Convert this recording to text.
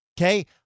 Okay